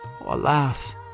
Alas